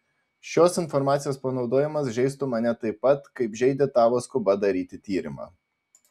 šios informacijos panaudojimas žeistų mane taip pat kaip žeidė tavo skuba daryti tyrimą